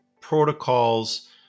protocols